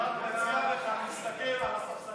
אני רק מציע לך להסתכל על הספסלים,